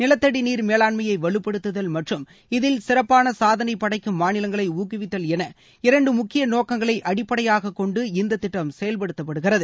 நிலத்தடி நீர் மேலாண்மையை வலுப்படுத்துதல் மற்றும் இதில் சிறப்பான சாதனை படைக்கும் மாநிலங்களை ஊக்குவித்தல் என இரண்டு முக்கிய நோக்கங்களை அடிப்டையாக கொண்டு இந்த திட்டம் செயல்படுத்தப்படுகிறது